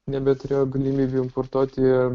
nebeturėjo galimybių importuoti